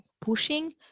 pushing